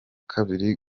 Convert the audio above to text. kabiri